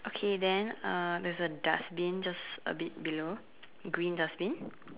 okay then uh there's a dustbin just a bit below green dustbin